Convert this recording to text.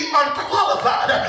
unqualified